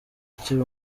akiri